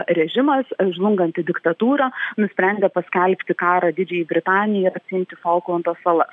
režimas žlunganti diktatūrą nusprendė paskelbti karą didžiajai britanijai atsiimti folklando salas